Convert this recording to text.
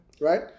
right